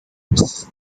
its